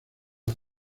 las